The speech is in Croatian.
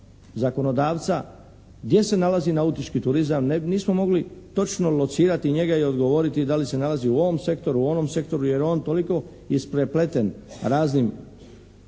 gdje se nalazi nautički turizam? Nismo mogli točno locirati njega i odgovoriti da li se nalazi u ovom sektoru, u onom sektoru jer je on toliko isprepleten raznim